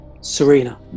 Serena